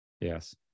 yes